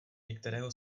některého